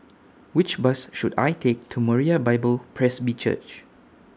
Which Bus should I Take to Moriah Bible Presby Church